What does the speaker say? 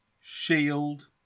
Shield